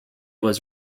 was